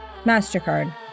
MasterCard